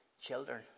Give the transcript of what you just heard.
children